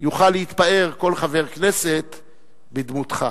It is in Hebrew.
יוכל להתפאר כל חבר כנסת בדמותך.